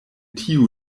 tiu